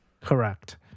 Correct